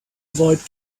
avoid